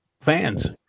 fans